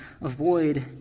avoid